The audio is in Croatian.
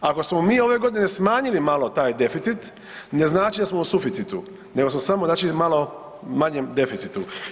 Ako smo mi ove godine smanjili malo taj deficit ne znači da smo u suficitu nego smo samo znači malo u manjem deficitu.